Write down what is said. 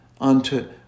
unto